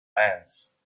hands